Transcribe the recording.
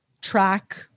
track